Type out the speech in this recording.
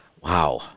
wow